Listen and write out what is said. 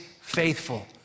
faithful